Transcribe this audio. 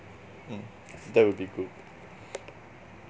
mm that will be good